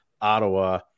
Ottawa